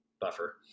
buffer